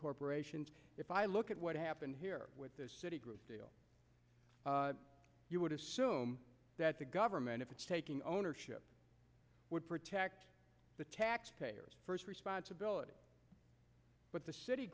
corporations if i look at what happened here with this citi group you would assume that the government if it's taking ownership would protect the taxpayers first responsibility but the cit